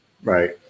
Right